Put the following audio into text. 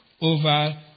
over